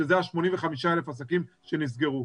שזה ה-85,000 עסקים שנסגרו.